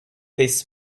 this